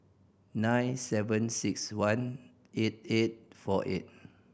nine seven six one eight eight four eight